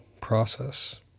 process